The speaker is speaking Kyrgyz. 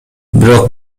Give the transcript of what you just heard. бирок